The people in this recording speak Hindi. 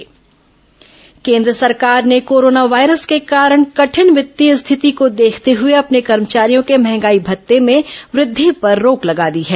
कोरोना महंगाई भत्ता रोक केंद्र सरकार ने कोरोना वायरस के कारण कठिन वित्तीय स्थिति को देखते हुए अपने कर्मचारियों के महंगाई मते में वृद्धि पर रोक लगा दी है